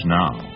now